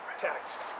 text